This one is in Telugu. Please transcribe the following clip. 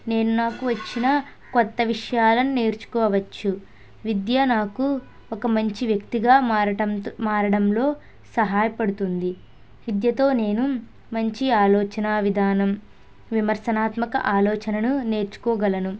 నేను నాకు వచ్చిన కొత్త విషయాలను నేర్చుకోవచ్చు విద్య నాకు ఒక మంచి వ్యక్తిగా మారటంతో మారడంలో సహాయపడుతుంది విద్యతో నేను మంచి ఆలోచన విధానం విమర్శనాత్మక ఆలోచనను నేర్చుకోగలను